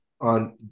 on